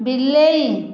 ବିଲେଇ